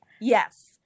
Yes